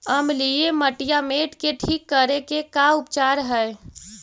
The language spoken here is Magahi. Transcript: अमलिय मटियामेट के ठिक करे के का उपचार है?